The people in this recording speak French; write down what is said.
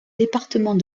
département